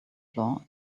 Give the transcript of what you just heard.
floor